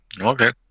Okay